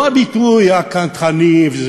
לא הביטוי הקנטרני.